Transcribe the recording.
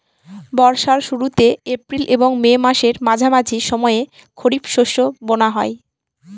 বর্ষার শুরুতে এপ্রিল এবং মে মাসের মাঝামাঝি সময়ে খরিপ শস্য বোনা হয়